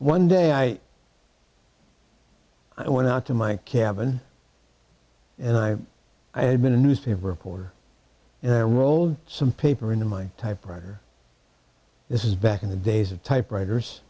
one day i i went out to my cabin and i i had been a newspaper reporter a role some paper in my typewriter this is back in the days of typewriters